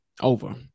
over